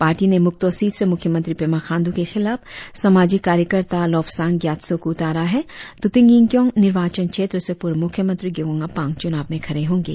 party ने Mukto seat से मुख्यमंत्री पेमा खांडू के खिलाफ सामाजिक कार्यकर्ता लोबसांग गीयात्सो को उतारा है त्रतिंग यिंगकियोंग निर्वाचन क्षेत्र से पूर्व मुख्यमंत्री गेगोंग आपांग चुनाव में खड़े होंगे